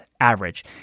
average